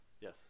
Yes